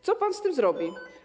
Co pan z tym zrobi?